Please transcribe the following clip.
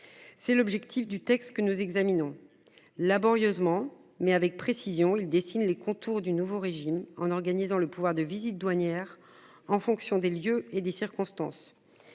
C'est l'objectif du texte que nous examinons laborieusement mais avec précision il dessine les contours du nouveau régime en organisant le pouvoir de visite douanières en fonction des lieux et des circonstances.